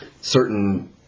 certain